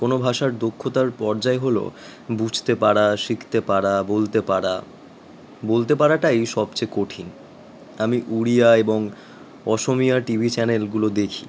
কোনও ভাষার দক্ষতার পর্যায় হলো বুঝতে পারা শিখতে পারা বলতে পারা বলতে পারাটাই সবচেয়ে কঠিন তা আমি উড়িয়া এবং অসমীয়া টিভি চ্যানেলগুলো দেখি